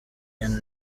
and